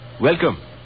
Welcome